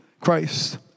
Christ